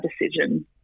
decision